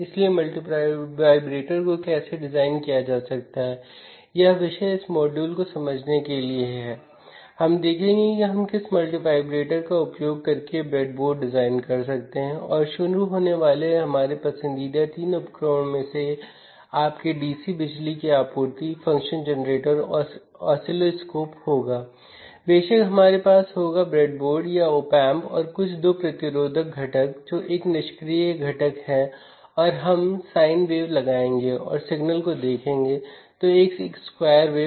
लेकिन क्या होगा अगर मुझे लोडिंग प्रभाव को हटाना है या क्या होगा यदि मैं सेंसर लागू करना चाहता हूं व्हीटस्टोन ब्रिज के संदर्भ में और आउटपुट पर सिग्नल देखता हूं